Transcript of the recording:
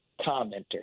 commenter